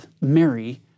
Mary